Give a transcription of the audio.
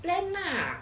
can lah